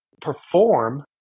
perform